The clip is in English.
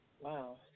Wow